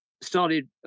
started